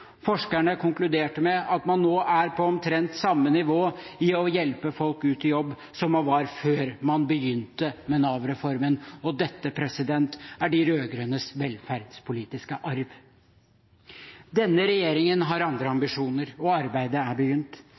Forskerne konkluderte med at man nå er på omtrent samme nivå når det gjelder å hjelpe folk ut i jobb, som man var før man begynte med Nav-reformen. Og dette er de rød-grønnes velferdspolitiske arv. Denne regjeringen har andre ambisjoner, og arbeidet er begynt.